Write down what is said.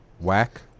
Whack